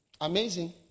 amazing